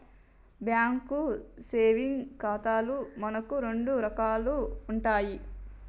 bank savings ఖాతాలు మనకు రెండు రకాలు ఉంటాయి